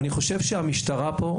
אני חושב שהמשטרה כאן